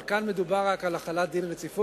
אבל כאן מדובר רק על החלת דין רציפות,